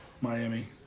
Miami